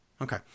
Okay